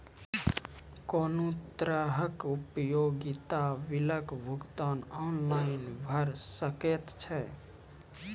कुनू तरहक उपयोगिता बिलक भुगतान ऑनलाइन भऽ सकैत छै?